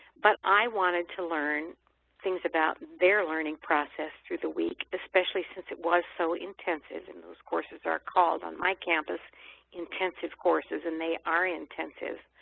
but i wanted to learn things about their learning process through the week, especially since it was so intensive and those courses are called on my campus intensive courses and they are intensive.